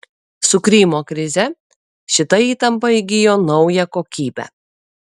su krymo krize šita įtampa įgijo naują kokybę